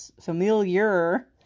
familiar